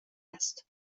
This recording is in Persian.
است